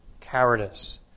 cowardice